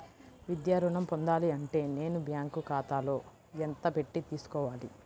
విద్యా ఋణం పొందాలి అంటే నేను బ్యాంకు ఖాతాలో ఎంత పెట్టి తీసుకోవాలి?